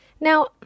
now